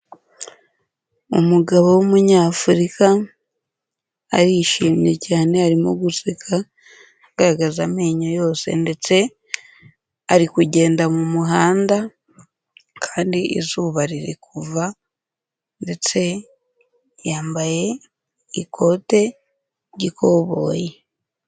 Umugabo w'umunyafurika, arishimye cyane arimo guseka, agaragaza amenyo yose ndetse ari kugenda mu muhanda kandi izuba riri kuva ndetse yambaye ikote ry'ikoboyi.